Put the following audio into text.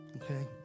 Okay